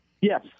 Yes